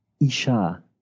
Isha